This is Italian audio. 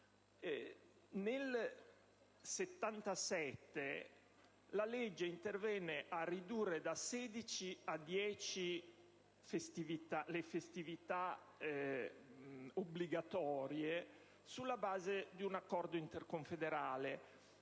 Nel 1977 la legge intervenne a ridurre, da 16 a 10, le festività obbligatorie, sulla base di un accordo interconfederale;